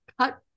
cut